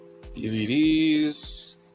dvds